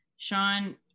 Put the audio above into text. Sean